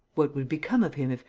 what would become of him if,